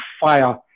fire